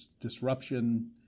disruption